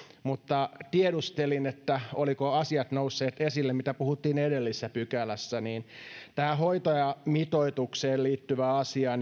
mutta kun tiedustelin olivatko ne asiat nousseet esille joista puhuttiin edellisessä pykälässä niin tämä hoitajamitoitukseen liittyvä asia